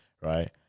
right